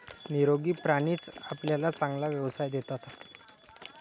निरोगी प्राणीच आपल्याला चांगला व्यवसाय देतात